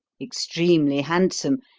extremely handsome,